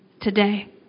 today